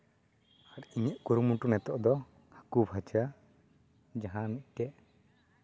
ᱟᱨ ᱤᱧᱟᱹᱜ ᱠᱩᱨᱩᱢᱩᱴᱩ ᱱᱤᱛᱚᱜ ᱫᱚ ᱦᱟᱹᱠᱩ ᱵᱷᱟᱡᱟ ᱡᱟᱦᱟᱸ ᱢᱤᱫᱴᱮᱱ